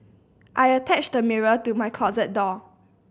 I attached a mirror to my closet door